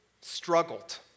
struggled